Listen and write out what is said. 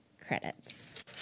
Credits